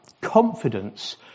Confidence